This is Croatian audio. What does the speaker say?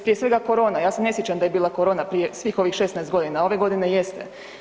Prije svega korona, ja se ne sjećam da je bila korona prije svih ovih 16.g., ove godine jeste.